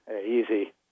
easy